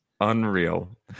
Unreal